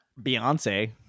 Beyonce